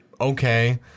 Okay